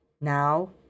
Now